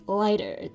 lighter